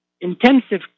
intensive